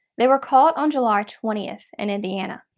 they were caught on july twenty in indiana.